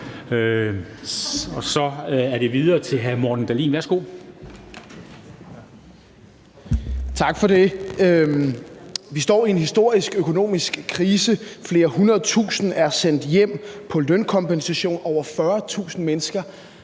Værsgo. Kl. 10:26 Morten Dahlin (V): Tak for det. Vi står i en historisk økonomisk krise. Flere hundrede tusinde er sendt hjem på lønkompensation. Over 40.000 mennesker